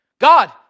God